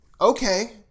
okay